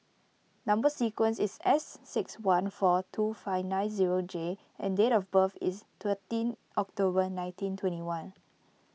Number Sequence is S six one four two five nine zero J and date of birth is thirteen October nineteen twenty one